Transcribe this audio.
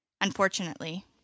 unfortunately